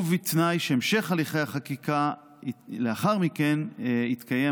ובתנאי שהמשך הליכי החקיקה לאחר מכן יתקיים